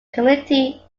community